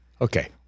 Okay